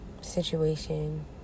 situation